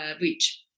reach